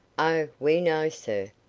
oh, we know, sir.